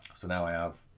so now i have